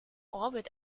orbit